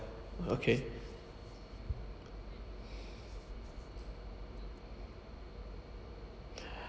okay